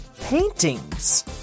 paintings